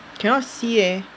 cannot see leh